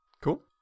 cool